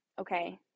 Okay